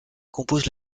composent